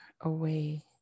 away